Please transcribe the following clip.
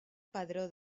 padró